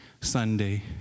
Sunday